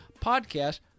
podcast